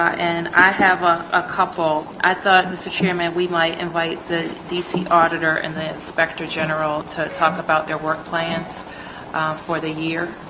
and i have a ah couple. i thought, mr. chairman, we might invite the d c. auditor and the inspector general to talk about their work plans for the year.